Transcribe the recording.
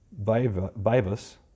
vivus